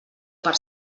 per